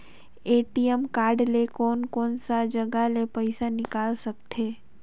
ATM card ले कोन कोन सा जगह ले पइसा निकाल सकथे?